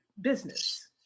business